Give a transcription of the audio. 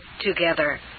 together